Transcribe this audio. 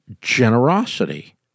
generosity